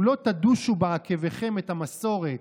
אם לא תדושו בעקבכם את המסורת,